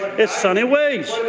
that's sunny ways.